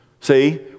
See